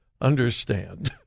understand